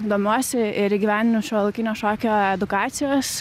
domiuosi ir įgyvendinu šiuolaikinio šokio edukacijos